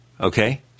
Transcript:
Okay